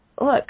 look